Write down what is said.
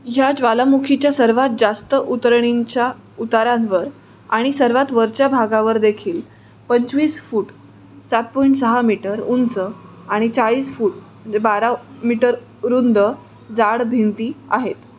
ह्या ज्वालामुखीच्या सर्वात जास्त उतरणींच्या उतारांवर आणि सर्वात वरच्या भागावर देखील पंचवीस फूट सात पॉईंट सहा मीटर उंच आणि चाळीस फूट जे बारा मीटर रुंद जाड भिंती आहेत